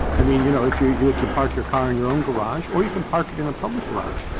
i mean, you know, if you you can park your car in your own garage or you can park it in a public garage.